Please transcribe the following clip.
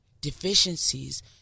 deficiencies